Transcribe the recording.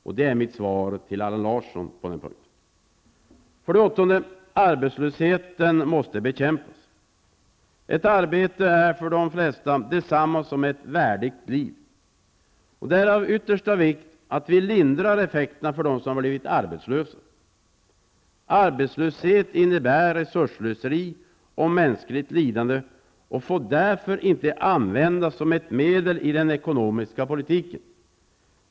Det är mitt svar till Allan Larsson på den punkten. 8. Arbetslösheten måste bekämpas. Ett arbete är för de flesta detsamma som ett ''värdigt liv''. Det är av yttersta vikt att vi lindrar effekterna för dem som blivit arbetslösa. Arbetslöshet innebär resursslöseri och mänskligt lidande och får därför inte användas som ett medel i den ekonomiska politiken.